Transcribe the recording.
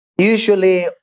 usually